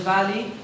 Valley